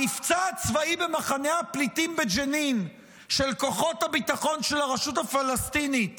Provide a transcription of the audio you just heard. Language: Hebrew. המבצע הצבאי במחנה הפליטים בג'נין של כוחות הביטחון של הרשות הפלסטינית